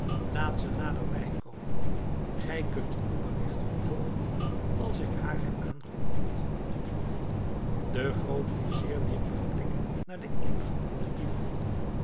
ze naderbij komen gij kunt uw bericht vervolgen als ik haar heb aangehoord de grootvizier wierp een blik naar den ingang van den divan